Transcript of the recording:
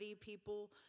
people